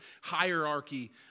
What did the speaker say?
hierarchy